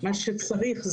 מה צריך?